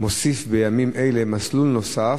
מוסיף בימים אלה מסלול נוסף,